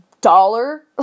dollar